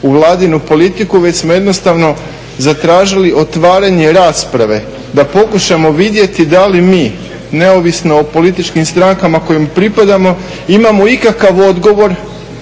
u vladinu politiku već smo jednostavno zatražili otvaranje rasprave da pokušamo vidjeti da li mi neovisno o političkim strankama kojim pripadamo imamo ikakav odgovor